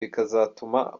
bikazatuma